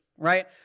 Right